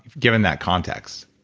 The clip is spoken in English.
given that context?